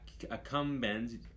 accumbens